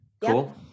Cool